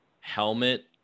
helmet